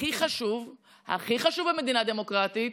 הכי חשוב במדינה דמוקרטית,